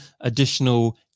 additional